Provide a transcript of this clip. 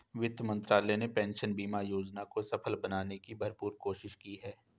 वित्त मंत्रालय ने पेंशन बीमा योजना को सफल बनाने की भरपूर कोशिश की है